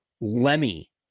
Lemmy